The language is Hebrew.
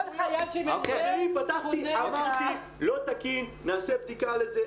אני פתחתי ואמרתי, לא תקין, נעשה בדיקה לזה.